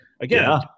again